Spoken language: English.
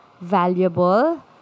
valuable